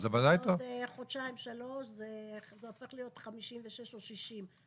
ובעוד חודשיים-שלושה זה הופך להיות 56 או 60?